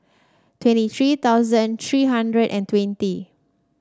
twenty three thousand three hundred and twenty